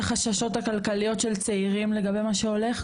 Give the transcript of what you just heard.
החששות הכלכליות של צעירים לגבי מה שהולך?